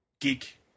geek